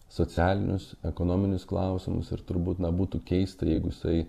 socialinius ekonominius klausimus ir turbūt na būtų keista jeigu jisai